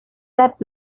that